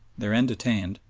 their end attained,